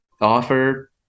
offer